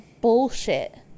bullshit